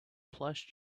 plush